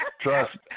Trust